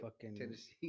Tennessee